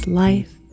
life